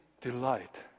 delight